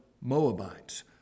Moabites